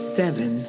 seven